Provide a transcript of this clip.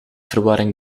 verwarring